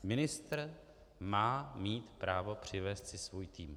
Ministr má mít právo přivést si svůj tým.